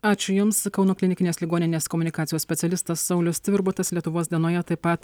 ačiū jums kauno klinikinės ligoninės komunikacijos specialistas saulius tvirbutas lietuvos dienoje taip pat